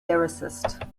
lyricist